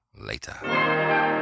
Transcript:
later